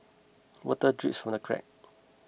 water drips from the cracks